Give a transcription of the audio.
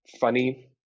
funny